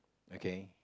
okay